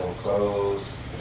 clothes